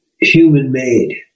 human-made